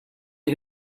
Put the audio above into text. der